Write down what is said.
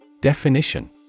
Definition